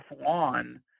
lawn